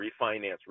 refinance